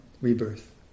Rebirth